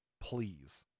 Please